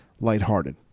lighthearted